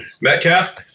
Metcalf